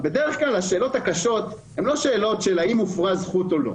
אבל בדרך כלל השאלות הקשות הן לא האם הופרה זכות או לא,